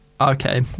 Okay